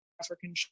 African